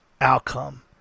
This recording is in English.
outcome